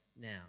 now